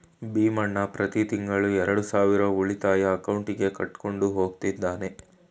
ಭೀಮಣ್ಣ ಪ್ರತಿ ತಿಂಗಳು ಎರಡು ಸಾವಿರ ಉಳಿತಾಯ ಅಕೌಂಟ್ಗೆ ಕಟ್ಕೊಂಡು ಹೋಗ್ತಿದ್ದಾನೆ